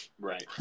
Right